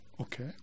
Okay